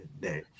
day